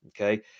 okay